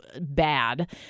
bad